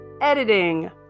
editing